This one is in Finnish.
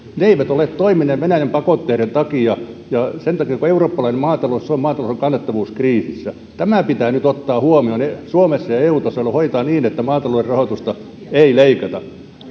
ne eivät ole toimineet venäjän pakotteiden takia ja sen takia koko eurooppalainen maatalous ja suomen maatalous ovat kannattavuuskriisissä tämä pitää nyt ottaa huomioon ja suomessa ja eu tasolla hoitaa niin että maatalouden rahoitusta ei leikata